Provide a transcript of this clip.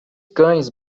cães